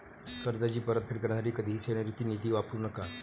कर्जाची परतफेड करण्यासाठी कधीही सेवानिवृत्ती निधी वापरू नका